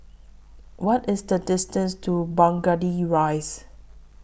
What IS The distance to Burgundy Rise